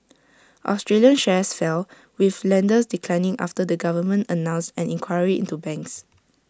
Australian shares fell with lenders declining after the government announced an inquiry into banks